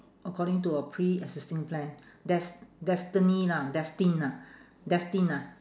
according to a pre-existing plan des~ destiny lah destined ah destined ah